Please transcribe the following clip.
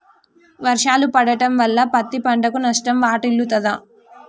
వర్షాలు పడటం వల్ల పత్తి పంటకు నష్టం వాటిల్లుతదా?